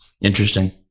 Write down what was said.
Interesting